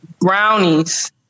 Brownies